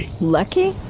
lucky